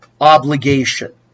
obligation